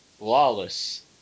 Lawless